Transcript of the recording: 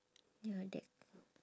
ya that